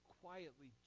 quietly